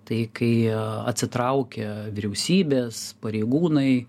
tai kai atsitraukia vyriausybės pareigūnai